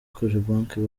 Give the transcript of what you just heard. cogebanque